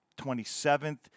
27th